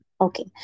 Okay।